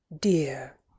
dear